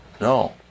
No